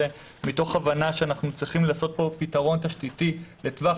מתוך הבנה שאנחנו צריכים לעשות פה פתרון תשתיתי לטווח